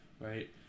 Right